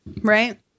Right